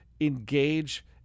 engage